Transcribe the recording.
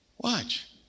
Watch